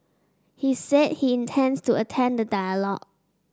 he said he intends to attend the dialogue